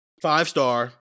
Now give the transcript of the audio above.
five-star